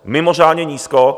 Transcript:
Mimořádně nízko!